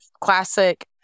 classic